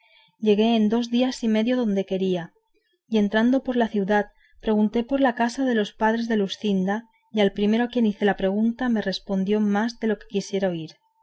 llegué en dos días y medio donde quería y en entrando por la ciudad pregunté por la casa de los padres de luscinda y al primero a quien hice la pregunta me respondió más de lo que yo quisiera oír